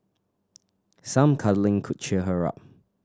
some cuddling could cheer her up